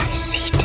see